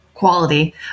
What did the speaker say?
quality